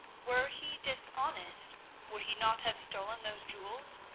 were he dishonest would he not have stolen those jewels?